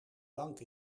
bank